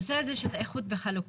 הנושא הזה של איחוד וחלוקה,